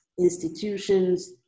institutions